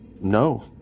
No